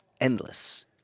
endless